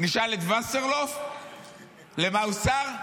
נשאל את וסרלאוף למה הוא שר?